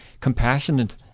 compassionate